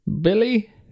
Billy